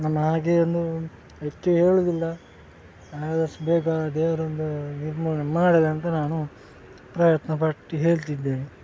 ನಮ್ಮ ಹಾಗೆ ಒಂದು ಹೆಚ್ಚು ಹೇಳೋದಿಲ್ಲ ಆದಷ್ಟು ಬೇಗ ದೇವರೊಂದು ನಿರ್ಮೂಲನೆ ಮಾಡಲಂತ ನಾನು ಪ್ರಯತ್ನಪಟ್ಟು ಹೇಳ್ತಿದ್ದೇನೆ